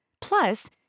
Plus